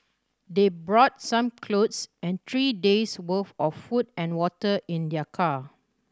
they brought some clothes and three days' worth of food and water in their car